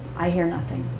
i hear nothing.